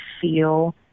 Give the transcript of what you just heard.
feel